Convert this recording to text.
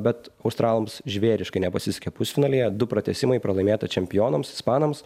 bet australams žvėriškai nepasisekė pusfinalyje du pratęsimai pralaimėta čempionams ispanams